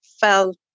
felt